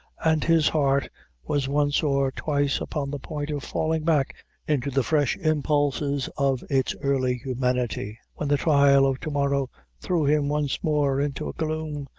and his heart was once or twice upon the point of falling back into the fresh impulses of its early humanity, when the trial of tomorrow threw him once more into a gloom,